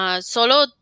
solo